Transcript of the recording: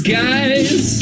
guys